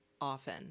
often